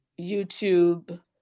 YouTube